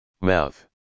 mouth